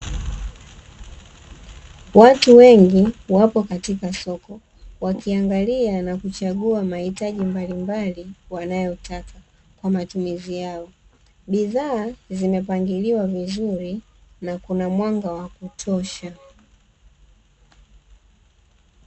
Watu wengi wapo katika soko wakiangalia na kuchagua mahitaji mbalimbali wanayotaka kwa matumizi yao. Bidhaa zimepangiliwa vizuri na kuna mwanga wa kutosha.